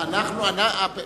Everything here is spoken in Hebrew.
שיחזירו לך מ-500 המיליון,